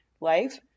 life